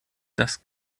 das